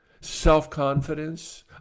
self-confidence